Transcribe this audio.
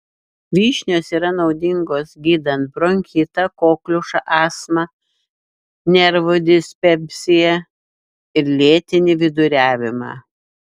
vyšnios yra naudingos gydant bronchitą kokliušą astmą nervų dispepsiją ir lėtinį viduriavimą